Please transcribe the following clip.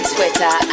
Twitter